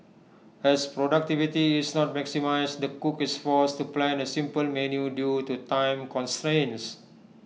as productivity is not maximised the cook is forced to plan A simple menu due to time constraints